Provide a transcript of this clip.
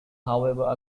however